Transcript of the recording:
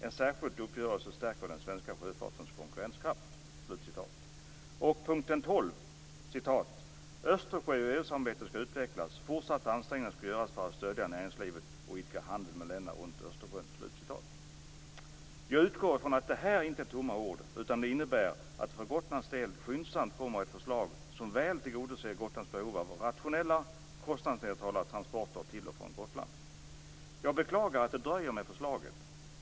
En särskild uppgörelse stärker den svenska sjöfartens konkurrenskraft. Östersjösamarbetet och EU-samarbetet skall utvecklas. Fortsatta ansträngningar skall göras för att stödja näringslivet och idka handel med länderna runt Jag utgår från att detta inte är tomma ord utan innebär att det för Gotlands del skyndsamt kommer ett förslag som väl tillgodoser Gotlands behov av rationella och kostnadsneutrala transporter till och från Jag beklagar att det dröjer med förslaget.